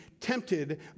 tempted